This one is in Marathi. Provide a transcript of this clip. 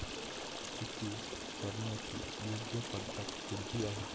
शेती करण्याची योग्य पद्धत कोणती आहे?